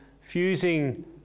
fusing